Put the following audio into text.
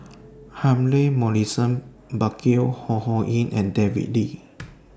Humphrey Morrison Burkill Ho Ho Ying and David Lee